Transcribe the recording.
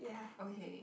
okay